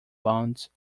bonds